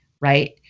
right